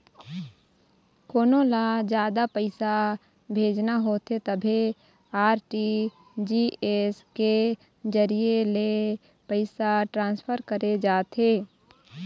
कोनो ल जादा पइसा भेजना होथे तभे आर.टी.जी.एस के जरिए ले पइसा ट्रांसफर करे जाथे